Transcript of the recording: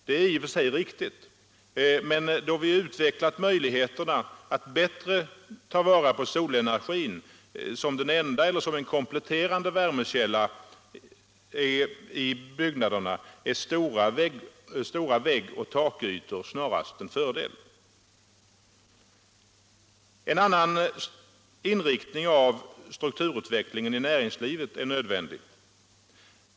Det är i och för sig riktigt, men när vi utvecklat möjligheterna att bättre utnyttja solenergin som enda eller kompletterande värmekälla i byggnader blir stora vägg och takytor snarast en fördel. En annan inriktning av strukturutvecklingen i näringslivet är nödvändig.